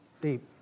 deep